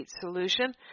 solution